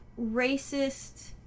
racist